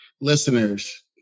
Listeners